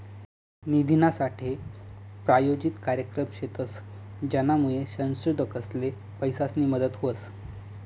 निधीनासाठे प्रायोजित कार्यक्रम शेतस, ज्यानामुये संशोधकसले पैसासनी मदत व्हस